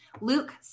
Luke